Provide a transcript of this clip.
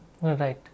Right